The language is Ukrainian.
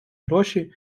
гроші